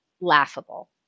laughable